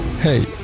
hey